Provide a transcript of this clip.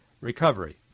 recovery